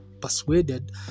persuaded